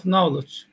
Knowledge